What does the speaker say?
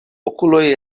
okuloj